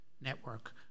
network